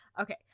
Okay